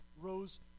rose